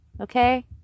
Okay